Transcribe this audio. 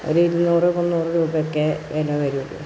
ഒരു ഇരുന്നൂറ് മുന്നൂറ് രൂപയൊക്കെയേ വില വരുള്ളൂ